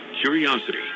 curiosity